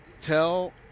Tell